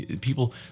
people